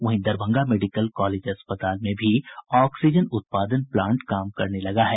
वहीं Darbhanga medical college अस्पताल में भी ऑक्सीजन उत्पादन प्लांट काम करने लगा है